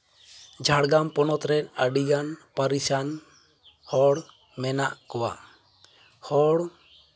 ᱡᱷᱟᱲᱜᱨᱟᱢ ᱯᱚᱱᱚᱛᱨᱮ ᱟᱹᱰᱤᱜᱟᱱ ᱯᱟᱹᱨᱤᱥᱟᱱ ᱦᱚᱲ ᱢᱮᱱᱟᱜ ᱠᱚᱣᱟ ᱦᱚᱲ